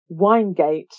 Winegate